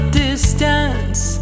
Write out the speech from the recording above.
distance